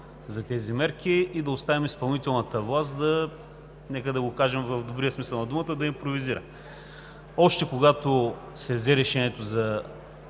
за тези мерки и да оставим изпълнителната власт – нека да го кажем в добрия смисъл на думата, да импровизира. Още когато се взе решението за